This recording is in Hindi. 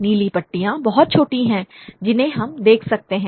नीली पट्टियाँ बहुत छोटी हैं जिन्हें हम देख सकते हैं